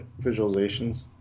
visualizations